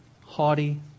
haughty